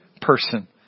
person